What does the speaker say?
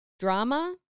drama